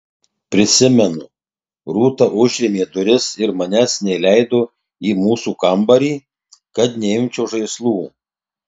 prisimenu rūta užrėmė duris ir manęs neleido į mūsų kambarį kad neimčiau žaislų